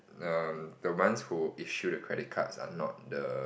um the ones who issue the credit cards are not the